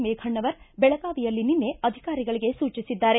ಮೇಘಣ್ಣವರ ದೆಳಗಾವಿಯಲ್ಲಿ ನಿನ್ನೆ ಅಧಿಕಾರಿಗಳಿಗೆ ಸೂಚಿಸಿದ್ದಾರೆ